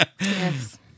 Yes